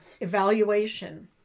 Evaluation